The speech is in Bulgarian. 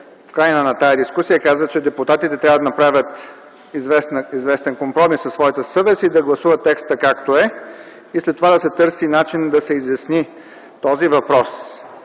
в края на тази дискусия каза, че депутатите трябва да направят известен компромис със своята съвест, да гласуват текста, както е, и след това да се търси начин да се изясни този въпрос.